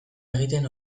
egiten